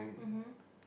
mmhmm